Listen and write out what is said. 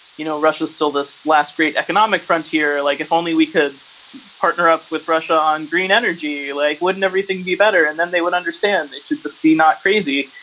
you know, russia is still this last great economic frontier. like if only we could partner up with russia on green energy, like, wouldn't everything be better? and then they would understand they should just be not crazy,